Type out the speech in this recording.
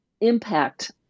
impact